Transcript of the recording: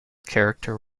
character